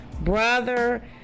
brother